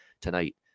tonight